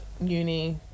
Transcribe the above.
uni